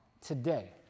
today